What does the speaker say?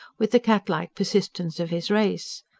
with the catlike persistence of his race.